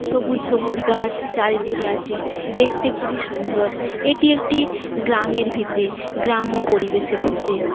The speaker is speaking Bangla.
সবুজ সবুজ গাছ চারিদিকে আছে দেখতে খুবই সুন্দর এটি একটি গ্রামের ভিতরে গ্রাম্য পরিবেশের ভিতরে